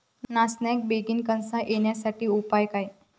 नाचण्याक बेगीन कणसा येण्यासाठी उपाय काय?